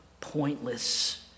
pointless